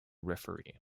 referee